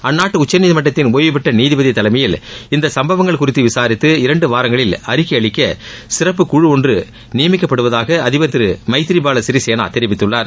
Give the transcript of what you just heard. அந்நாட்டு உச்சநீதிமன்றத்தின் ஒய்வுபெற்ற நீதிபதி தலைமையில் இந்த சம்பவங்கள் குறித்து விசாரித்து இரண்டு வாரங்களில் அறிக்கை அளிக்க சிறப்புக்குழு ஒன்று நியமிக்கப்படுவதாக அதிபர் திரு மைத்ரிபால சிறிசேனா தெரிவித்துள்ளார்